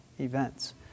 events